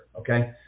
Okay